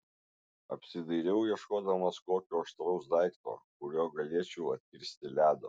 apsidairiau ieškodamas kokio aštraus daikto kuriuo galėčiau atkirsti ledo